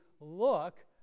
look